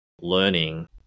learning